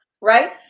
right